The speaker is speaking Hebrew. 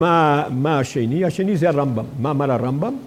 ‫מה השני, השני זה רמב"ם. ‫מה אמר הרמב"ם?